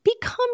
become